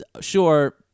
sure